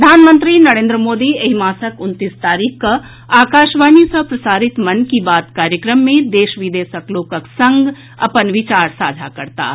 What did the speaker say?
प्रधानमंत्री नरेन्द्र मोदी एहि मासक उनतीस तारीख के आकाशवाणी सँ प्रसारित मन की बात कार्यक्रम मे देश विदेशक लोकक संग अपन विचार साझा करताह